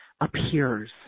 appears